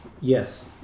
Yes